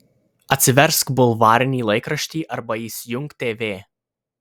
atsiversk bulvarinį laikraštį arba įsijunk tv